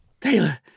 Taylor